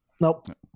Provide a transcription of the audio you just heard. Nope